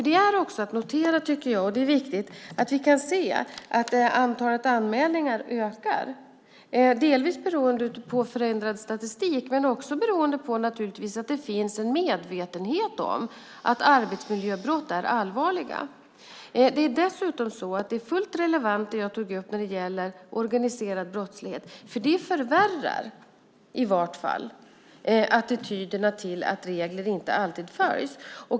Det är också att notera, tycker jag - det är viktigt - att antalet anmälningar ökar, delvis beroende på förändrad statistik men också naturligtvis beroende på att det finns en medvetenhet om att arbetsmiljöbrott är allvarliga. Det är dessutom så att det är fullt relevant, det jag tog upp om organiserad brottslighet, för det förvärrar i vart fall attityderna till att regler inte alltid följs.